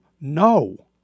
no